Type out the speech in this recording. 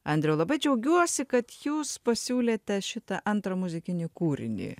andriau labai džiaugiuosi kad jūs pasiūlėte šitą antrą muzikinį kūrinį